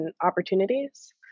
opportunities